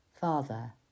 Father